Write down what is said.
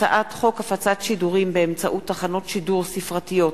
הצעת חוק הפצת שידורים באמצעות תחנות שידור ספרתיות,